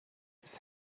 his